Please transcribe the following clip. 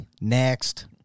Next